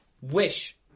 wish